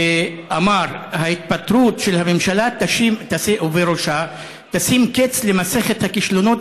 ואמר: ההתפטרות של הממשלה וראשה תשים קץ למסכת הכישלונות